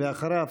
ואחריו,